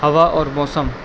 ہوا اور موسم